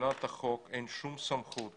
מבחינת החוק אין שום סמכות